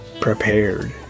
prepared